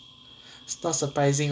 it's not surprising